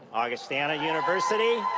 augustana university.